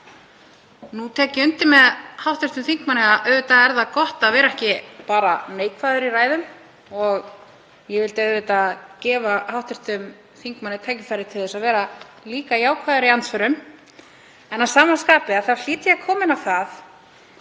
Nú tek ég undir með hv. þingmanni að auðvitað er gott að vera ekki bara neikvæður í ræðum og ég vildi auðvitað gefa hv. þingmanni tækifæri til að vera líka jákvæður í andsvörum. En að sama skapi hlýt ég að koma inn á að